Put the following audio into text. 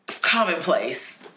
commonplace